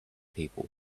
people